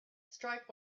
strike